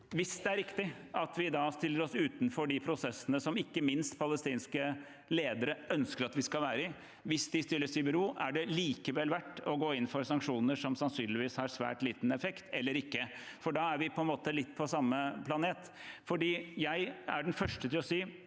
Hvis det er riktig at vi da stiller oss utenfor de prosessene som ikke minst palestinske ledere ønsker at vi skal være i, hvis de stilles i bero, er det likevel verdt å gå inn for sanksjoner som sannsynligvis har svært liten effekt, eller er det ikke det? Da er vi på en måte litt på samme planet. Jeg er den første til å si